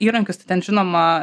įrankius tai ten žinoma